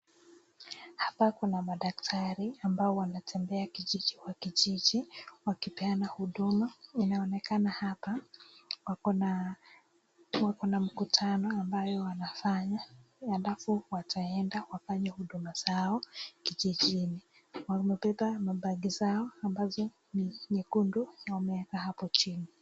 Hapa kuna madaktari ambao wanatembea kijiji kwa kijiji wakipeana huduma. Inaonekana hapa wako na mkutano ambao wanafanya alafu wataenda wafanye huduma zao kijijini. Wamebeba mabagi zao ambazo ni nyekundu na wameeka hapo chini.